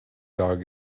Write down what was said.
dog